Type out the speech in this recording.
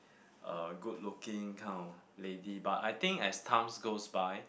uh good looking kind of lady but I think as times goes by